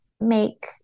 make